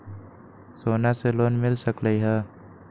सोना से लोन मिल सकलई ह?